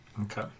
Okay